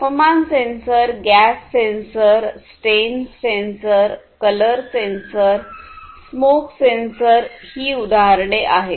तापमान sensor gas sensor strain sensor colour sensor smoke sensor ही उदाहरणे आहेत